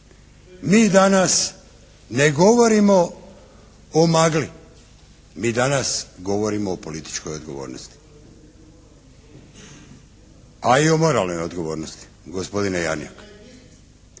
Mi danas ne govorimo o magli. Mi danas govorimo o političkoj odgovornosti. A i o moralnoj odgovornosti gospodine Jarnjak.